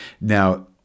Now